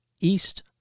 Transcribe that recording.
East